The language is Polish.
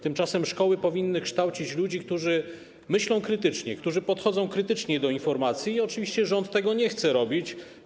Tymczasem szkoły powinny kształcić ludzi, którzy myślą krytycznie, którzy podchodzą krytycznie do informacji i oczywiście rząd tego nie chce robić.